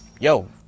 Yo